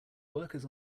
workers